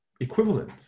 equivalent